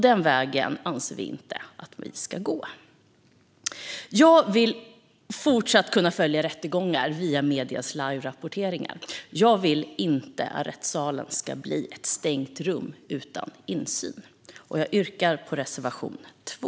Den vägen anser vi inte att vi ska gå. Jag vill fortsatt kunna följa rättegångar via mediers liverapporteringar. Jag vill inte att rättssalen ska bli ett stängt rum utan insyn. Jag yrkar bifall till reservation 2.